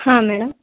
ಹಾಂ ಮೇಡಮ್